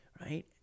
right